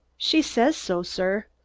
she says so, sir.